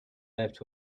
left